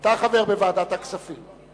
אתה חבר בוועדת הכספים.